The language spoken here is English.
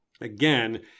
again